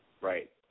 right